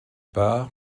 part